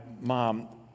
mom